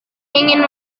ingin